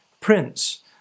prince